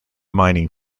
mining